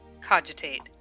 cogitate